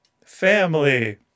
Family